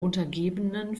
untergebenen